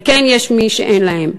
וכן, יש מי שאין להם.